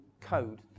code